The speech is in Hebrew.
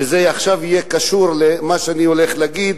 ועכשיו זה יהיה קשור למה שאני הולך להגיד,